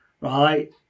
right